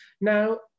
Now